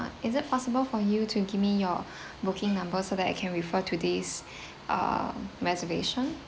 ah is it possible for you to give me your booking number so that I can refer to this uh reservation